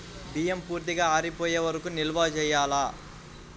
బియ్యం పూర్తిగా ఆరిపోయే వరకు నిల్వ చేయాలా?